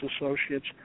associates